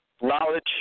knowledge